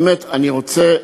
ובאמת, אני רוצה,